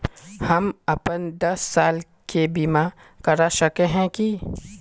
हम अपन दस साल के बीमा करा सके है की?